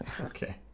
okay